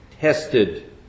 tested